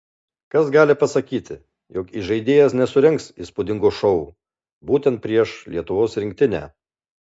kas gali pasakyti jog įžaidėjas nesurengs įspūdingo šou būtent prieš lietuvos rinktinę